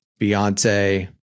Beyonce